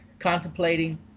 contemplating